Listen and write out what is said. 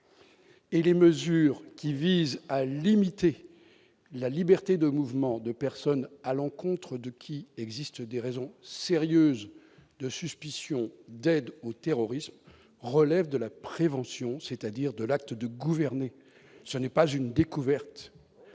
et les mesures qui visent à limiter la liberté de mouvements de personnes à l'encontre de qu'il existe des raisons sérieuses de suspicion d'aide au terrorisme relève de la prévention, c'est-à-dire de l'acte de gouverner, ce n'est pas une découverte,